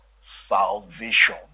salvation